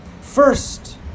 First